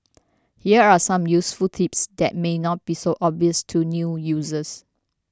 here are some useful tips that may not be so obvious to new users